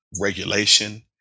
regulation